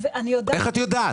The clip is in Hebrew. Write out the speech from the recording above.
איך את יודעת?